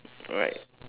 alright